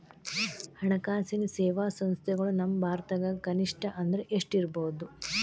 ಹಣ್ಕಾಸಿನ್ ಸೇವಾ ಸಂಸ್ಥೆಗಳು ನಮ್ಮ ಭಾರತದಾಗ ಕನಿಷ್ಠ ಅಂದ್ರ ಎಷ್ಟ್ ಇರ್ಬಹುದು?